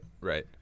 right